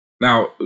Now